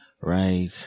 Right